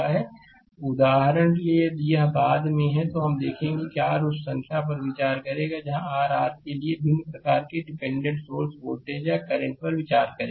slide समय देखें 0739 उदाहरण के लिए यदि यह बाद में है तो हम देखेंगे कि r उस संख्या पर विचार करेगा जहाँ r r के लिए r भिन्न प्रकार के डिपेंडेंट सोर्स वोल्टेज या करंट पर विचार करेगा